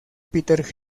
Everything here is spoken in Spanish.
peter